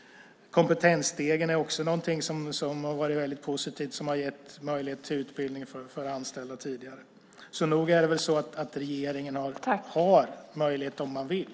Kompetensstegen är också något som har varit väldigt positivt och gett möjlighet till utbildning för anställda tidigare. Så nog har väl regeringen möjlighet om den vill.